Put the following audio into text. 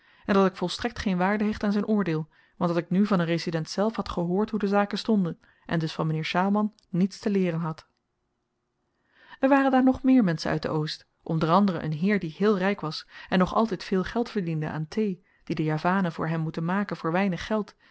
waterman en dat ik volstrekt geen waarde hecht aan zyn oordeel want dat ik nu van een resident zelf had gehoord hoe de zaken stonden en dus van m'nheer sjaalman niets te leeren had er waren daar nog meer menschen uit den oost onder anderen een heer die heel ryk was en nog altyd veel geld verdiende aan thee die de javanen voor hem moeten maken voor weinig geld